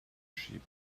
sheep